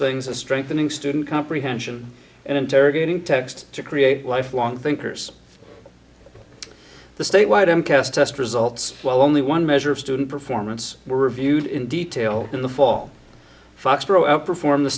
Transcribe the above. things as strengthening student comprehension and interrogating text to create lifelong thinkers the state wide and cast test results while only one measure of student performance were reviewed in detail in the fall foxborough outperform the